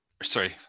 sorry